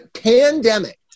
pandemic